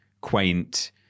quaint